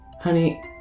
Honey